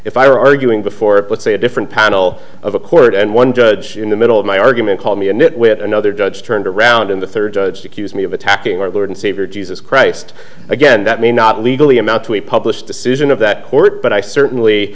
if i were arguing before let's say a different panel of a court and one judge in the middle of my argument call me a nitwit another judge turned around in the third judge accuse me of attacking our lord and savior jesus christ again that may not legally amount to a published decision of that court but i certainly